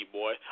boy